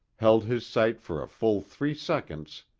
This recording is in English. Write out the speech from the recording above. held his sight for a full three seconds,